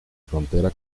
frontera